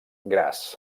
graz